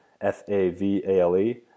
F-A-V-A-L-E